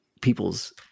people's